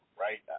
right